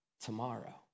tomorrow